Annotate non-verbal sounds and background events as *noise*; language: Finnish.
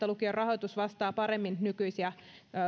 *unintelligible* lukion rahoitus vastaa paremmin nykyisiä